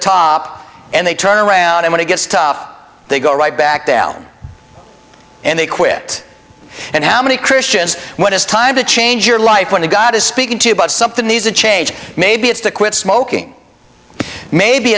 top and they turn around and when it gets tough they go right back down and they quit and how many christians when it's time to change your life when god is speaking to you about something these a change maybe it's to quit smoking maybe